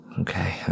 Okay